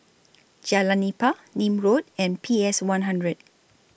Jalan Nipah Nim Road and P S one hundred